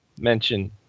mention